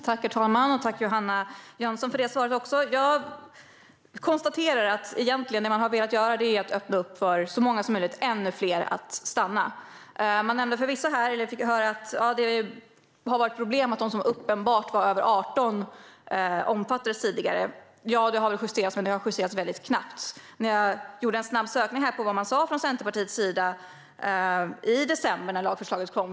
Herr talman! Tack, Johanna Jönsson, för svaret! Jag konstaterar att det man egentligen har velat göra är att öppna för ännu fler, så många som möjligt, att få stanna. Johanna Jönsson nämnde att det tidigare var ett problem att de som uppenbart var över 18 år omfattades. Ja, detta har justerats, men bara knappt. Jag har gjort en snabb sökning och kollat vad man från Centerpartiets sida sa i december när lagförslaget kom.